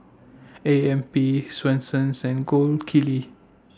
A M P Swensens and Gold Kili